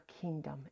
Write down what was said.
kingdom